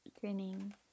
Grinning